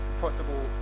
possible